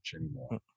anymore